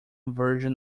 version